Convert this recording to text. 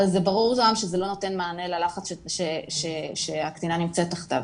אבל זה ברור גם שזה לא נותן מענה ללחץ שהקטינה נמצאת תחתיו.